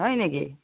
হয় নেকি